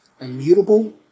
Immutable